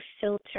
filter